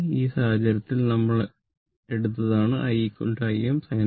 ഈ സാഹചര്യത്തിൽ നമ്മൾ എടുത്തതാണ് i Imsin ω t